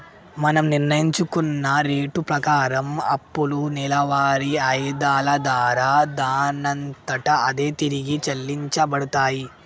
మనం నిర్ణయించుకున్న రేటు ప్రకారం అప్పులు నెలవారి ఆయిధాల దారా దానంతట అదే తిరిగి చెల్లించబడతాయి